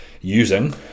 using